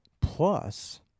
Plus